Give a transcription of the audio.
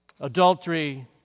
adultery